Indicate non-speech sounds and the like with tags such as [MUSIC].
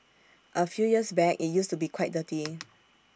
A few years back IT used to be quite dirty [NOISE]